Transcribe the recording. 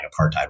apartheid